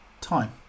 time